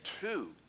two